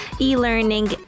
e-learning